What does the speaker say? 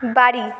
বাড়ি